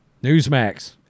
Newsmax